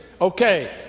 Okay